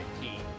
team